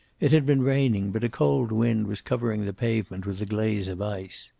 it had been raining, but a cold wind was covering the pavement with a glaze of ice.